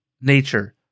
nature